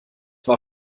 war